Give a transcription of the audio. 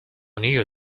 knew